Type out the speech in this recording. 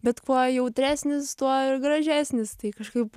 bet kuo jautresnis tuo ir gražesnis tai kažkaip